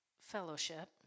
fellowship